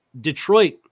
Detroit